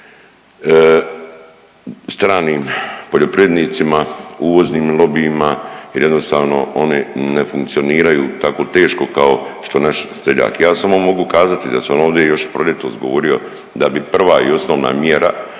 stranim poljoprivrednicima, uvoznim lobijima jer jednostavno oni ne funkcioniraju tako teško kao što naš seljak. Ja samo mogu kazati da sam ovdje još proljetos govorio da bi prva i osnovna mjera